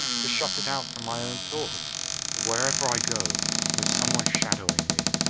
to shut it out from my own thoughts but wherever i go there's some one shadowing me,